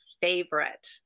favorite